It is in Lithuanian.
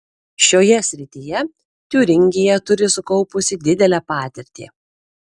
šioje srityje tiūringija turi sukaupusi didelę patirtį